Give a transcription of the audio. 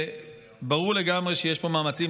ברור לגמרי שיש פה מאמצים.